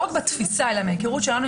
שעות על גבי שעות היינו